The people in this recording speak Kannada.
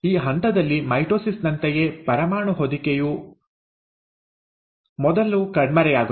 ಈ ಹಂತದಲ್ಲಿ ಮೈಟೊಸಿಸ್ ನಂತೆಯೇ ಪರಮಾಣು ಹೊದಿಕೆಯು ಮೊದಲು ಕಣ್ಮರೆಯಾಗುತ್ತದೆ